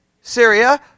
Syria